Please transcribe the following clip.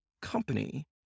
company